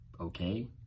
Okay